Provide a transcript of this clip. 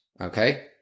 okay